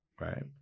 right